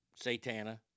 Satana